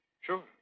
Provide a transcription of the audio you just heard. Sure